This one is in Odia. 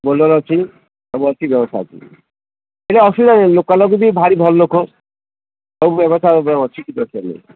ବୋଲେରୋ ଅଛି ସବୁ ଅଛି ବ୍ୟବସ୍ଥା ଅଛି ସେଇଠି କିଛି ଅସୁବିଧା ନାହିଁ ଲୋକ ବି ଭାରି ଭଲ ଲୋକ ସବୁ ବ୍ୟବସ୍ଥା ଅଛି କିଛି ଅସୁବିଧା ନାହିଁ